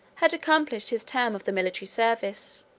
had accomplished his term of the military service,